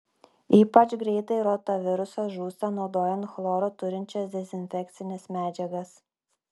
ypač greitai rotavirusas žūsta naudojant chloro turinčias dezinfekcines medžiagas